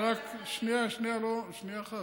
שנייה, אבל רק, שנייה, שנייה אחת.